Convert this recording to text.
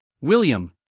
William